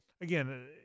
again –